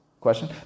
Question